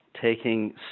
taking